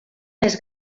més